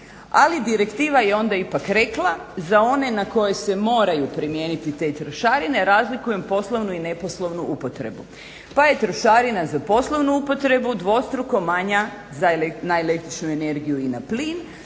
Ali direktiva je onda ipak rekla, za one na koje se moraju primijeniti te trošarine razlikujem poslovnu i neposlovnu upotrebu. Pa je trošarina za poslovnu upotrebu dvostruko manja na el.energiju i plin,